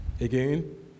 Again